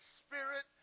spirit